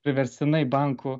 priverstinai bankų